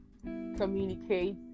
communicate